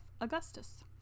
Augustus